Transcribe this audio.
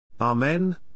Amen